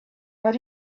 but